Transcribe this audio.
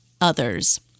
others